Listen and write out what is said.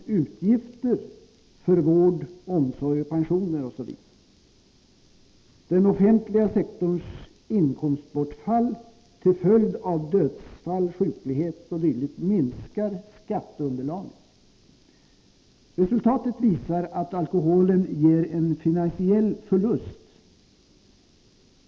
Resultatet visar att alkoholen ger en finansiell förlust.